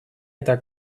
eta